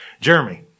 Jeremy